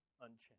unchanged